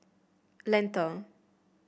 Lentor